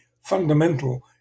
fundamental